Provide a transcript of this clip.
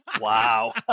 Wow